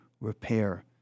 repair